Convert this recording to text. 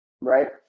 right